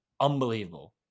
unbelievable